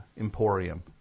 Emporium